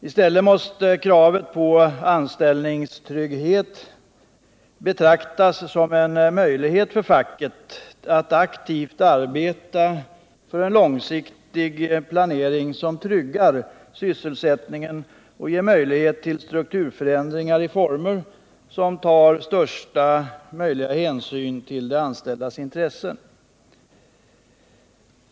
I stället måste kravet på anställningstrygghet betraktas som en möjlighet för facket att aktivt arbeta för en långsiktig planering som tryggar sysselsättningen och ger möjlighet till strukturförändringar i former, som tar största möjliga hänsyn till de anställdas intressen.